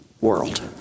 world